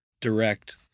direct